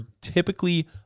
typically